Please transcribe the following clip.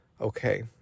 okay